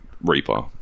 Reaper